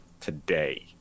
today